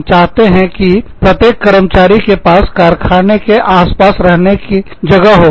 हम चाहते हैं कि प्रत्येक कर्मचारी के पास कारखाने के आसपास रहने की जगह हो